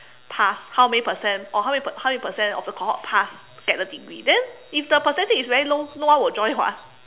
pass how many percent or how many per~ how many percent of the cohort pass get the degree then if the percentage very low then no one will join [what]